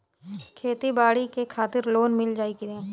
खेती बाडी के खातिर लोन मिल जाई किना?